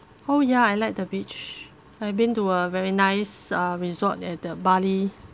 oh ya I like the beach I've been to a very nice uh resort at the Bali